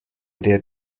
der